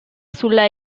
sulla